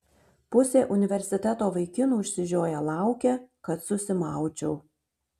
pusė universiteto vaikinų išsižioję laukia kad susimaučiau